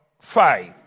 five